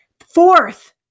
Fourth